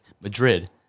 Madrid